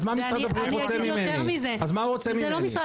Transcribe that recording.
אז מה משרד הבריאות רוצה ממני?